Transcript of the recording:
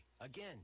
Again